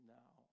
now